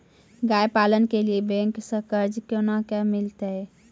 गाय पालन के लिए बैंक से कर्ज कोना के मिलते यो?